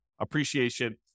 appreciation